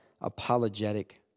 apologetic